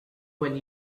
when